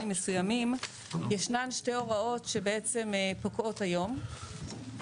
מסוימים ישנן שתי הוראות שבעצם פוקעות היום.